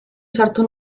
certo